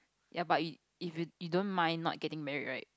ya but you if you you don't mind not getting married right